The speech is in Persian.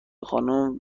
خانوم